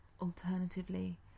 Alternatively